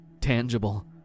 tangible